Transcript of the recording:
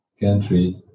country